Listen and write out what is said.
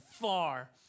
far